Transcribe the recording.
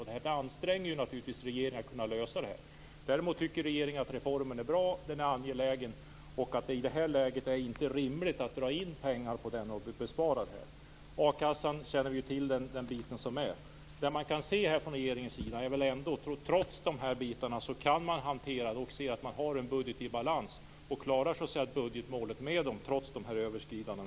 Det är ansträngande för regeringen att försöka lösa detta. Däremot tycker regeringen att reformen är bra och angelägen. Det är i det här läget inte rimligt att dra in pengar och göra en besparing. När det gäller a-kassan känner vi till hur det är. Trots dessa bitar ser regeringen att man kan hantera det och ha en budget i balans. Man klarar budgetmålet trots dessa överskridanden.